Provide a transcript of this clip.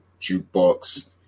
jukebox